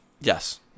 Yes